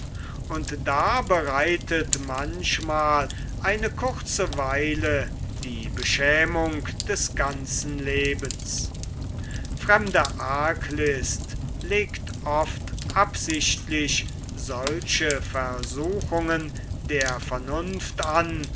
und da bereitet manchmal eine kurze weile die beschämung des ganzen lebens fremde arglist legt oft absichtlich solche versuchungen der vernunft an